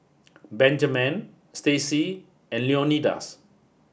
Benjamen Stacy and Leonidas